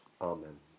Amen